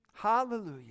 Hallelujah